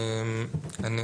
אני